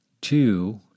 two